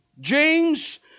James